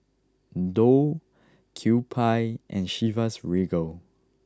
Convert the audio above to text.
Doux Kewpie and Chivas Regal